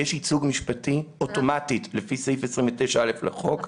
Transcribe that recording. יש ייצוג משפטי אוטומטית לפי סעיף 29א לחוק.